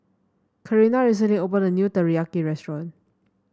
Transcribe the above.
Karina recently opened a new Teriyaki restaurant